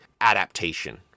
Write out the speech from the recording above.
adaptation